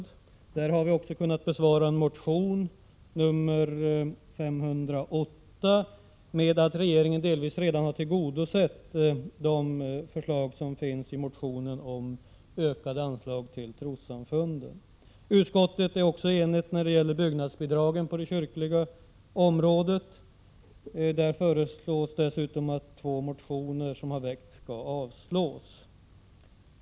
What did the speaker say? Under den sistnämnda punkten har utskottet med anledning av en motion Kr508 uttalat att regeringen redan delvis har tillgodosett de förslag som finns i motionen om ökade anslag till trossamfunden. Utskottet är enigt också när det gäller anslaget Byggnadsbidrag på det kyrkliga området. I samband därmed föreslås dessutom att två motioner skall avslås.